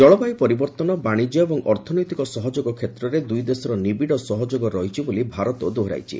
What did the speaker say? ଜଳବାୟୁ ପରିବର୍ତ୍ତନ ବାଣିଜ୍ୟ ଏବଂ ଅର୍ଥନୈତିକ ସହଯୋଗ କ୍ଷେତ୍ରରେ ଦୁଇ ଦେଶର ନିବିଡ଼ ସହଯୋଗ ରହିଛି ବୋଲି ଭାରତ ଦୋହରାଇଛି